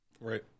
Right